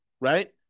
right